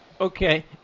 okay